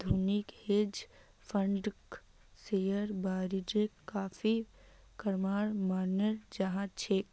आधुनिक हेज फंडक शेयर बाजारेर काफी कामेर मनाल जा छे